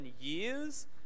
years